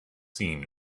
seen